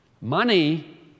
Money